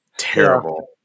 terrible